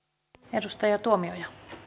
arvoisa puhemies